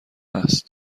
هست